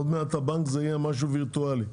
עוד מעט הבנק יהיה משהו וירטואלי,